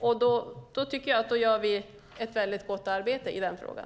Jag tycker att vi gör ett väldigt gott arbete i den frågan.